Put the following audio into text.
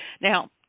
Now